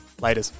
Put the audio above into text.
later